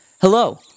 Hello